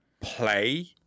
play